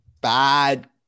bad